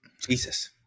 Jesus